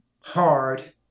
hard